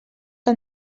que